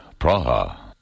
Praha